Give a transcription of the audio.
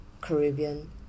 Caribbean